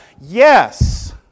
Yes